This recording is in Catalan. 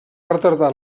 retardar